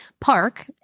park